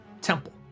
temple